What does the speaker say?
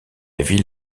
ville